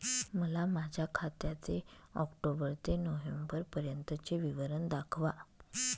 मला माझ्या खात्याचे ऑक्टोबर ते नोव्हेंबर पर्यंतचे विवरण दाखवा